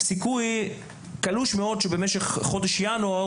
יש סיכוי קלוש מאוד שבמשך חודש ינואר